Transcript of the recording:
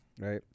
Right